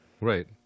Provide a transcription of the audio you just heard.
right